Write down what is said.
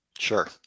Sure